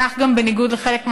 כך גם, בניגוד לחלק מהפרסומים,